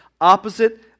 opposite